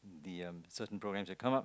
the um certain program to come up